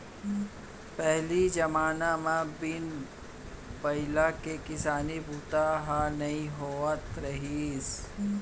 पहिली जमाना म बिन बइला के किसानी बूता ह नइ होवत रहिस